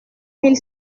mille